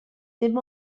dim